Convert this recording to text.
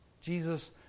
Jesus